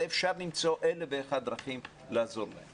אפשר למצוא אלף ואחד דרכים לעזור להם